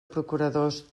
procuradors